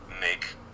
make